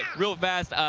real fast,